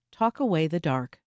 talkawaythedark